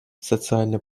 социально